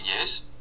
years